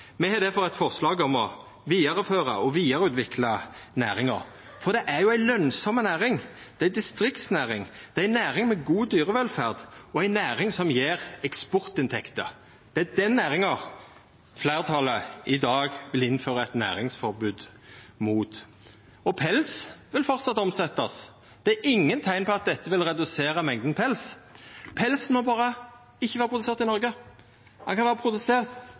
Me har difor eit forslag om å vidareføra og vidareutvikla næringa – for det er jo ei lønsam næring. Det er ei distriktsnæring. Det er ei næring med god dyrevelferd og ei næring som gjev eksportinntekter. Det er den næringa fleirtalet i dag går inn for eit næringsforbod mot. Pels vil framleis verta omsett. Det er ingen teikn til at dette vil redusera mengda med pels. Pelsen må berre ikkje vera produsert i Noreg. Han kan vera produsert